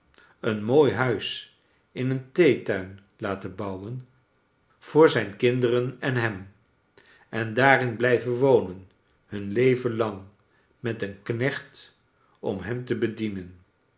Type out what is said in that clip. een mooi huis in een thee tain laten bouwen voor zijn kinderen en hem en daarin blijven wonen hun leven lang met een knecht om hen te bedienen